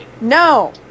No